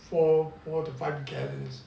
four to five gallons